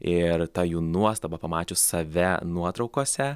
ir ta jų nuostaba pamačius save nuotraukose